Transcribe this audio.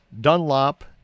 Dunlop